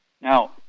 Now